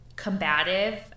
Combative